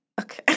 Okay